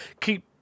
keep